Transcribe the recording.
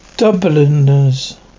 Dubliners